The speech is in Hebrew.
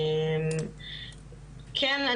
כן,